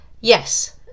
yes